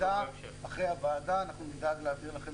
אחרי הוועדה אנחנו נדאג להעביר לכם